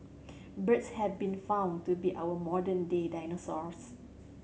birds have been found to be our modern day dinosaurs